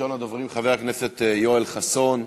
מס' 2993,